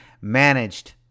Managed